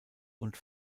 und